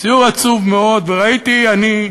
סיור עצוב מאוד, וראיתי, אני,